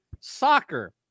soccer